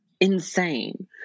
insane